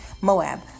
Moab